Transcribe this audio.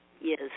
Yes